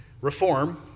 reform